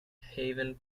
haven